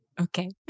okay